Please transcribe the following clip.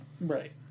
Right